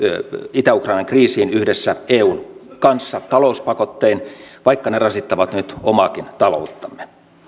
itä ukrainan kriisiin yhdessä eun kanssa talouspakottein vaikka ne rasittavat nyt omaakin talouttamme